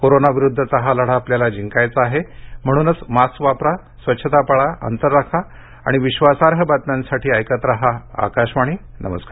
corona विरुद्धचा हा लढा आपल्याला जिंकायचा आहे म्हणूनच मास्क वापरा स्वच्छता पाळा अंतर राखा आणि विश्वासार्ह बातम्यांसाठी ऐकत रहा आकाशवाणी नमस्कार